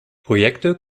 projekte